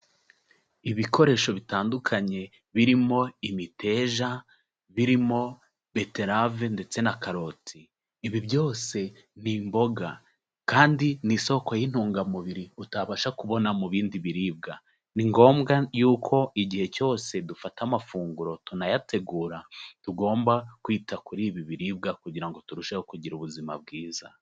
Ibikoresho bitandukanye birimo imiteja, birimo beterave ndetse na karoti, ibi byose ni imboga, kandi ni isoko y'intungamubiri utabasha kubona mu bindi biribwa, ni ngombwa yuko igihe cyose dufata amafunguro tunayategura, tugomba kwita kuri ibi biribwa kugira ngo turusheho kugira ubuzima bwiza.